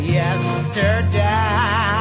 yesterday